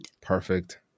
Perfect